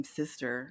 sister